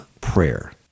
prayer